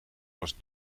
was